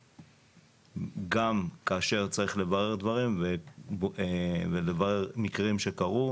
גם כאשר צריך לברר דברים ולברר מקרים שקרו,